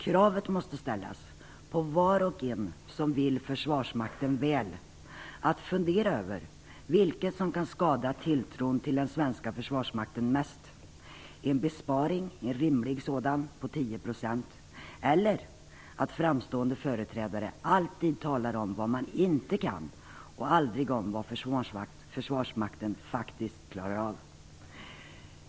Kravet måste ställas på var och en som vill försvarsmakten väl att fundera över vilket som kan skada tilltron till den svenska försvarsmakten mest - en rimlig besparing på 10 % eller att framstående företrädare alltid talar om vad man inte kan göra och aldrig om vad försvarsmakten faktiskt klarar av.